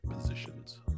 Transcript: positions